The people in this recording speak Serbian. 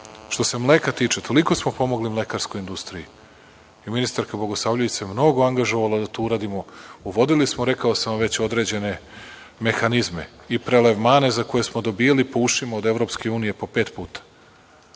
što se mleka tiče, toliko smo pomogli mlekarskoj industriji i ministarka Bogosavljević se mnogo angažovala da to uradimo. Uvodili smo, rekao sam vam već, određene mehanizme i prelevmane za koje smo dobijali po ušima od EU po pet puta,